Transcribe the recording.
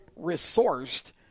resourced